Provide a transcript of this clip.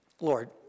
Lord